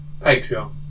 patreon